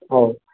औ